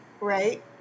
Right